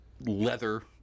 leather